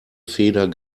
feder